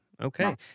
Okay